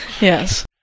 Yes